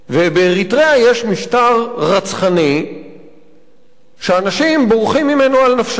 ובאריתריאה יש משטר רצחני שאנשים בורחים ממנו על נפשם.